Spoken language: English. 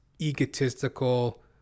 egotistical